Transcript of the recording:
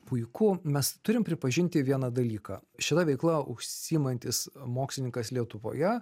puiku mes turim pripažinti vieną dalyką šita veikla užsiimantis mokslininkas lietuvoje